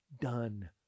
done